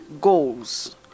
goals